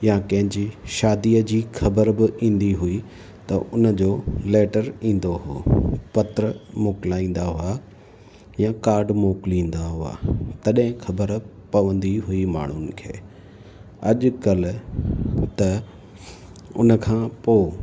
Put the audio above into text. या कंहिंजी शादीअ जी ख़बरु बि ईंदी हुई त उनजो लेटर ईंदो हो पत्र मोकिलाईंदा हुआ या कार्ड मोकिलींदा हुआ तॾहिं ख़बरु पवंदी हुई माण्हुनि खे अॼु कल्ह त उनखां पोइ